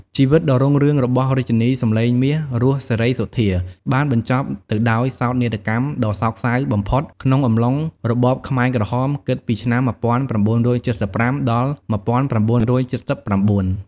ជីវិតដ៏រុងរឿងរបស់រាជិនីសំឡេងមាស រស់ សេរីសុទ្ធា បានបញ្ចប់ទៅដោយ សោកនាដកម្មដ៏សោកសៅបំផុត ក្នុងអំឡុង របបខ្មែរក្រហម គិតពីឆ្នាំ ១៩៧៥ ដល់ ១៩៧៩។